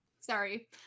sorry